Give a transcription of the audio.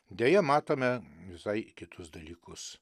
deja matome visai kitus dalykus